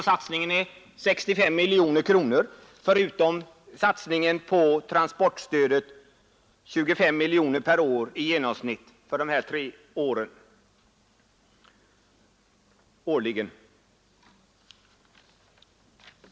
Satsningen är alltså 65 miljoner kronor jämte ränta, förutom satsningen på transportstödet, som i genomsnitt uppgår till 25 miljoner per år under dessa tre år.